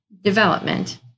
development